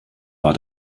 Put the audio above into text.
war